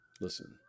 Listen